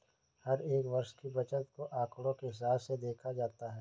हर एक वर्ष की बचत को आंकडों के हिसाब से देखा जाता है